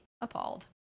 appalled